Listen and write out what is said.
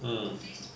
mm